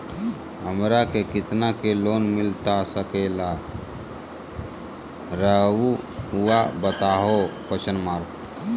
हमरा के कितना के लोन मिलता सके ला रायुआ बताहो?